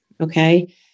okay